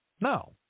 No